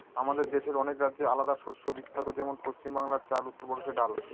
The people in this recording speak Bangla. আমাদের দেশের অনেক রাজ্যে আলাদা শস্য বিখ্যাত যেমন পশ্চিম বাংলায় চাল, উত্তর প্রদেশে ডাল